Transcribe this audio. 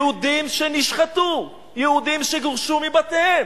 יהודים שנשחטו, יהודים שגורשו מבתיהם,